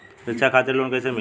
शिक्षा खातिर लोन कैसे मिली?